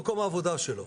לא, הוא במקום העבודה שלו.